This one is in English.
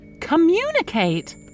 Communicate